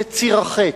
זה ציר החטא,